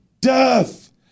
death